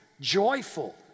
joyful